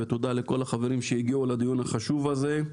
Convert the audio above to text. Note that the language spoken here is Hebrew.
ותודה לכל החברים שהגיעו לדיון החשוב הזה,